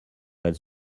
elles